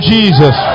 Jesus